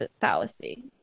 fallacy